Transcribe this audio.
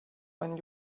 when